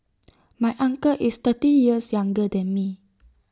my uncle is thirty years younger than me